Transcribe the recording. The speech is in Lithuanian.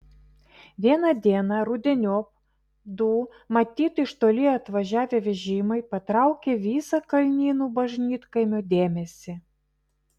vieną dieną rudeniop du matyt iš toli atvažiavę vežimai patraukė viso kalnynų bažnytkaimio dėmesį